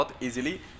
easily